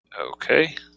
Okay